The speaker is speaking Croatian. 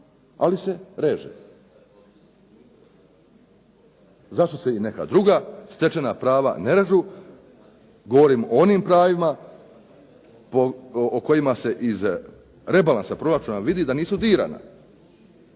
ali se reže. Zašto se i neka druga stečena prava ne režu, govorim o ovim pravima o kojima se iz rebalansa proračuna vidi da nisu dirana